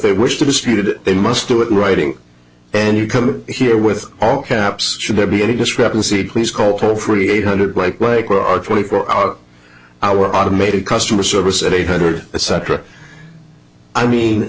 they wish to disputed they must do it writing and you come here with all caps should there be any discrepancy please call toll free eight hundred like waco are twenty four hour our automated customer service at eight hundred cetera i mean